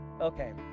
okay